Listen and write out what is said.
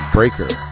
Breaker